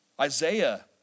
Isaiah